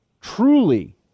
truly